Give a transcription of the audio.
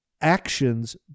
actions